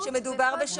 נאמר "לפחות".